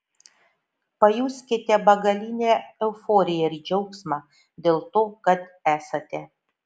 pajuskite begalinę euforiją ir džiaugsmą dėl to kad esate